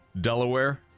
Delaware